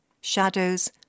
Shadows